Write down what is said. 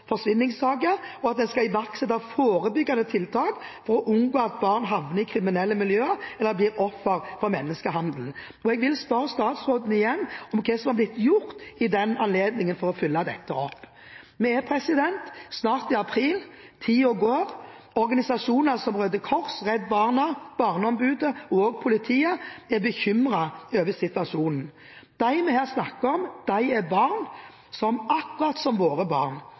forsvinningssaker, og at en skal iverksette forebyggende tiltak for å unngå at barn havner i kriminelle miljøer eller blir ofre for menneskehandel. Jeg vil spørre statsråden igjen om hva som i den anledning er blitt gjort for å følge dette opp. Vi er snart i april – tiden går. Organisasjoner som Røde Kors, Redd Barna og Barneombudet og politiet er bekymret over situasjonen. De vi her snakker om, er barn, akkurat som våre barn.